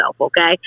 okay